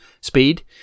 speed